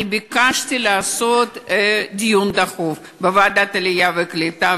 ביקשתי לקיים דיון דחוף בוועדת העלייה והקליטה,